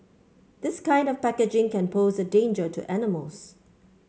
this kind of packaging can pose a danger to animals